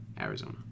Arizona